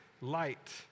light